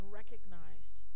recognized